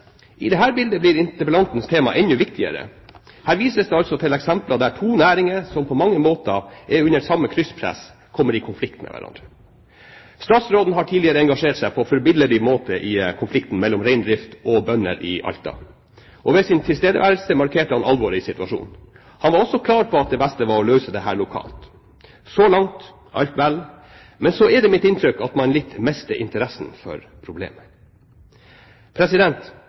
enda viktigere. Her vises det til eksempler der to næringer som på mange måter er under samme krysspress, kommer i konflikt med hverandre. Statsråden har tidligere engasjert seg på forbilledlig måte i konflikten mellom reindrift og bønder i Alta. Og ved sin tilstedeværelse markerte han alvoret i situasjonen. Han var også klar på at det beste var å løse dette lokalt. Så langt alt vel. Så er det mitt inntrykk at man mister litt interessen for problemet.